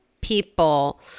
people